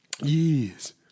Yes